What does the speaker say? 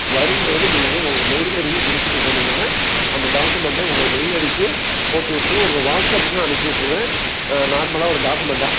வரும்போது நீங்கள் உங்கள் மெயில் ஐடியும் கொடுத்துட்டு போனீங்கன்னால் அந்த டாக்குமெண்டை உங்கள் மெயில் ஐடிக்கும் போட்டுவிட்ருவோம் உங்கள் வாட்ஸ்அப்புக்கும் நான் அனுப்பிவிட்டுருவேன் நார்மலாக ஒரு டாக்குமெண்டாக